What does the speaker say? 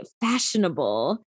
fashionable